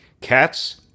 Cats